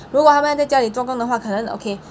如果他们要在家里做工的话可能 okay